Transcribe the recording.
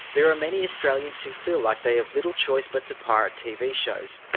there are many australians who feel like they have little choice but to pirate tv shows,